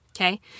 Okay